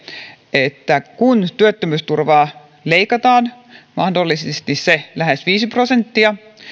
että kun työttömyysturvaa leikataan mahdollisesti se lähes viisi prosenttia